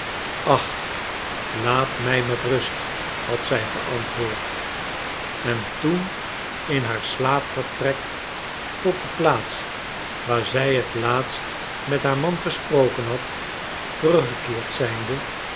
ach laat mij met rust had zij geantwoord en toen in haar slaapvertrek tot de plaats waar zij het laatst met haar man gesproken had teruggekeerd zijnde